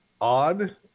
odd